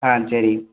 ஆ சரி